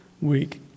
week